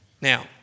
Now